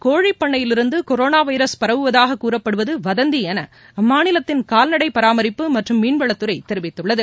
கோழிப்பண்ணையிலிருந்துகொரோனாவைரஸ் கர்நாடகாவில் பரவுவதாககூறப்படுவதுவதந்திஎனஅம்மாநிலத்தின் கால்நடைபராமரிப்பு மற்றம் மீன்வளத்துறைதெரிவித்துள்ளது